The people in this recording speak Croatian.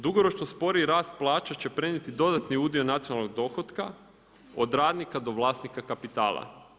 Dugoročno sporiji rast plaća će prenijeti dodatni udio nacionalnog dohotka od radnika do vlasnika kapitala.